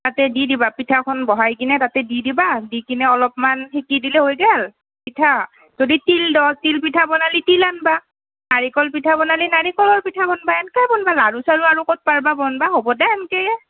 তাতে দি দিবা পিঠাখন বঢ়াই কিনে তাতে দি দিবা দি কিনে অলপমান সেকি দিলে হৈ গেল পিঠা যদি তিল দ তিল পিঠা বনালি তিল আন্বা নাৰিকলৰ পিঠা বনালে নাৰিকলৰ পিঠা বনবা এনকে বনবা আৰু লাড়ু চাড়ু আৰু ক'ত পাৰবা বনবা হ'ব দে এনেকেই